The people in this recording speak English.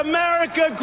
America